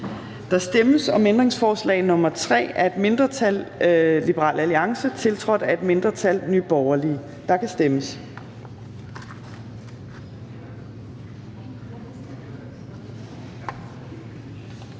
Der stemmes om ændringsforslag nr. 3 af et mindretal (LA), tiltrådt af et mindretal (NB). Der kan stemmes.